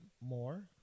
more